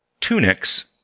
tunics